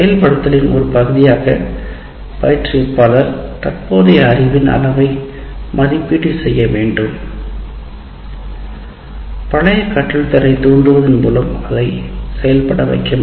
செயல்படுத்தலின் ஒரு பகுதியாக பயிற்றுவிப்பாளர் தற்போதைய அறிவின் அளவை மதிப்பீடு செய்ய வேண்டும் பழைய கற்றல் திறனை தூண்டுவதன் மூலம் அதை செயல்பட வைக்கவேண்டும்